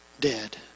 dead